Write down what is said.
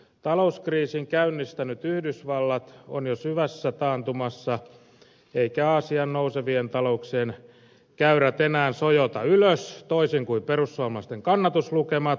talouskriisin käynnistänyt yhdysvallat on jo syvässä taantumassa eivätkä aasian nousevien talouksien käyrät enää sojota ylös toisin kuin perussuomalaisten kannatuslukemat